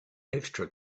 extra